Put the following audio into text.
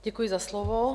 Děkuji za slovo.